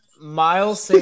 Miles